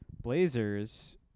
Blazers